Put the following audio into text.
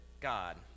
God